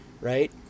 right